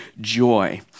Joy